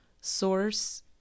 source